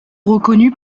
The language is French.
reconnus